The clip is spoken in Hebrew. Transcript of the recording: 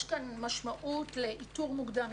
יש כאן משמעות לאיתור מוקדם.